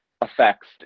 affects